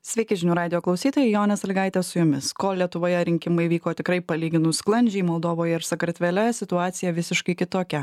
sveiki žinių radijo klausytojai jonė sąlygaitė su jumis kol lietuvoje rinkimai vyko tikrai palyginus sklandžiai moldovoje ir sakartvele situacija visiškai kitokia